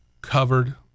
covered